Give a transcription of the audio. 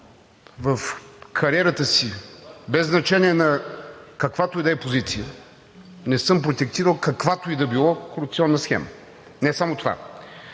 В кариерата си, без значение – на каквато и да е позиция, не съм протектирал каквато и да било корупционна схема! Не само това.